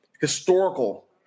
historical